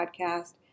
podcast